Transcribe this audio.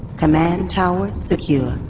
command tower, secure.